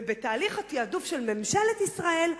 ובתהליך התעדוף של ממשלת ישראל,